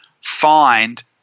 find